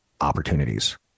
opportunities